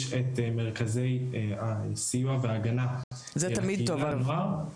את מרכזי הסיוע וההגנה לקהילה ונוער.